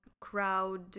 crowd